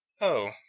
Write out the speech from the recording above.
Oh